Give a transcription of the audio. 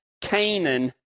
canaan